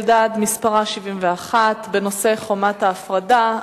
מספרה 71, בנושא: חומת ההפרדה.